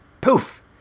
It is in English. POOF